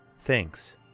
Thanks